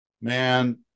man